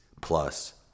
Plus